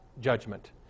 Judgment